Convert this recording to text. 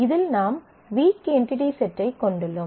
இதில் நாம் weak entity செட்டைக் கொண்டுள்ளோம்